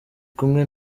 kumwe